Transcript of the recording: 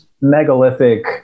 megalithic